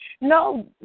No